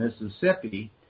Mississippi